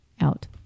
out